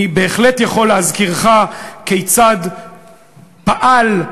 אני בהחלט יכול להזכירך כיצד פעל,